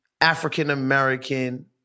African-American